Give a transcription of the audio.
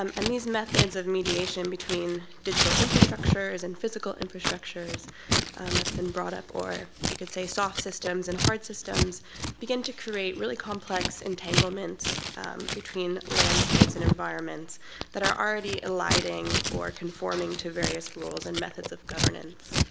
um and these methods of mediation between digital infrastructures and physical infrastructures that's been brought up or you could say soft systems and hard systems begin to create really complex entanglements between landscapes and environments that are already eliding or conforming to various rules and methods of governance.